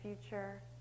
future